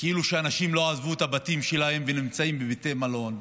כאילו אנשים לא עזבו את הבתים שלהם ונמצאים בבתי מלון.